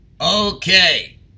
Okay